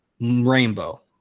rainbow